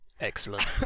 Excellent